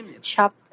shop